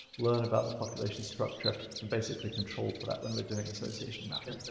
learn about the population structure, and basically control for that when we're doing association mapping.